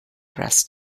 harass